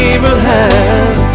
Abraham